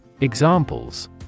Examples